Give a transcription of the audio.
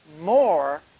more